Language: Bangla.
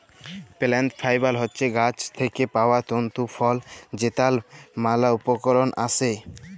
প্লাল্ট ফাইবার হছে গাহাচ থ্যাইকে পাউয়া তল্তু ফল যেটর ম্যালা উপকরল আসে